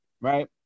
right